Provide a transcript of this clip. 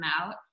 out